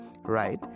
right